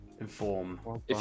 inform